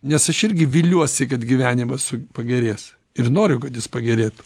nes aš irgi viliuosi kad gyvenimas pagerės ir noriu kad jis pagerėtų